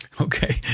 Okay